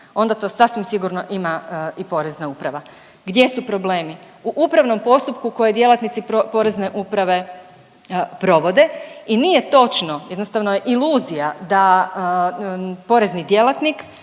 onda to sasvim sigurno ima i Porezna uprava. Gdje su problemi? U upravnom postupku koje djelatnici Porezne uprave provode. I nije točno, jednostavno je iluzija da porezni djelatnik